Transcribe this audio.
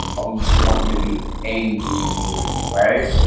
oh, you just want me to be angry here, right.